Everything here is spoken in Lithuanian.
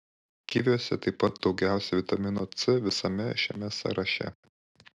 kiviuose taip pat daugiausiai vitamino c visame šiame sąraše